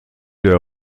der